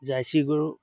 jersey গৰু